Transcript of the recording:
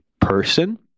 person